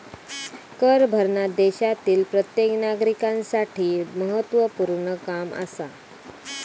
कर भरना देशातील प्रत्येक नागरिकांसाठी महत्वपूर्ण काम आसा